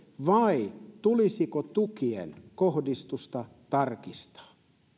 vai tulisiko tukien kohdistusta tarkistaa